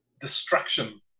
destruction